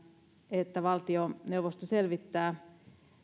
että valtioneuvosto selvittää